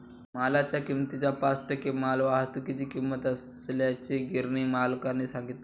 मालाच्या किमतीच्या पाच टक्के मालवाहतुकीची किंमत असल्याचे गिरणी मालकाने सांगितले